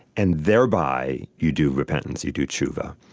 and thereby you do repentance. you do teshuvah.